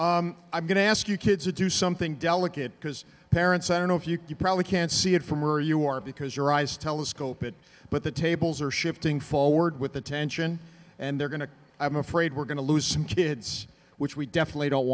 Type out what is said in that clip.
good i'm going to ask you kids to do something delicate because parents i don't know if you probably can't see it from where you are because your eyes telescope it but the tables are shifting forward with the tension and they're going to i'm afraid we're going to lose some kids which we definitely don't